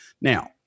Now